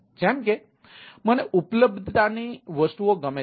જેમ કે મને ઉપલબ્ધતાની વસ્તુઓ ગમે છે